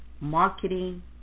marketing